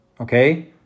Okay